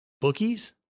bookies